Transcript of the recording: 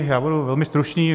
Já budu velmi stručný.